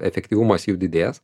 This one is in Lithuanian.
efektyvumas jų didės